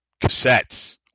cassettes